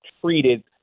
treated